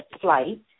flight